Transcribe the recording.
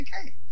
Okay